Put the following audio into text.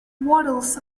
waddles